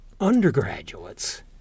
undergraduates